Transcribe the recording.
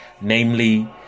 namely